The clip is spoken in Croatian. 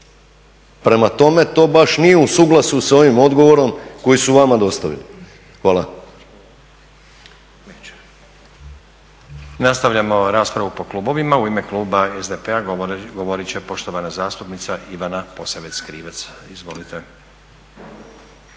Prema tome to baš nije u suglasju sa ovim odgovorom koji su vama dostavili. Hvala.